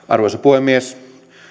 arvoisa puhemies